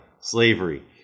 slavery